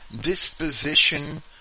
disposition